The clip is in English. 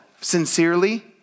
Sincerely